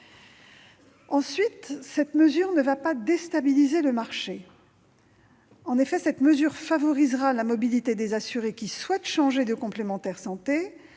surcroît, cette mesure ne va pas déstabiliser le marché. Elle favorisera la mobilité des assurés qui souhaitent changer de complémentaire santé.